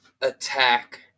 attack